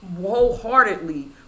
wholeheartedly